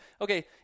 okay